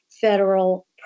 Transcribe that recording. federal